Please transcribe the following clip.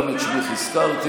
גם את שמך הזכרתי,